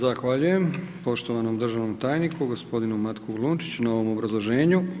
Zahvaljujem poštovanom državnom tajniku, gospodinu Matku Glunčiću na ovom obrazloženju.